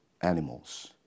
animals